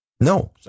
No